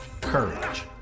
courage